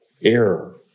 error